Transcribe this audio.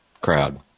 crowd